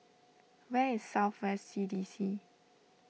where is South West C D C